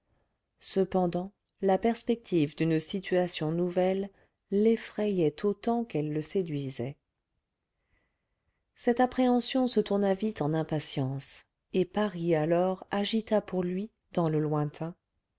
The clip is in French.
cependant la perspective d'une situation nouvelle l'effrayait autant qu'elle le séduisait cette appréhension se tourna vite en impatience et paris alors agita pour lui dans le lointain